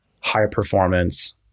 high-performance